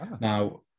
Now